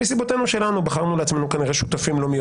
מסיבותינו שלנו בחרנו לעצמנו כנראה שותפים לא מי